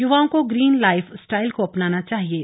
युवाओं को green lifestyle को अपनाना चाहिये